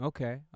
Okay